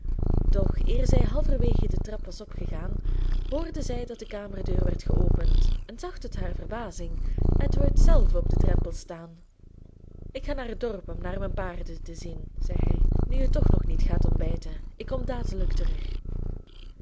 doch eer zij halverwege de trap was opgegaan hoorde zij dat de kamerdeur werd geopend en zag tot haar verbazing edward zelf op den drempel staan ik ga naar het dorp om naar mijn paarden te zien zei hij nu je toch nog niet gaat ontbijten ik kom dadelijk terug